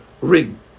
ring